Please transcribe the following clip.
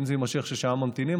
ואם זה יימשך ששעה ממתינים,